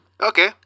Okay